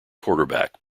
quarterback